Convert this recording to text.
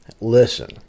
listen